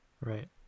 Right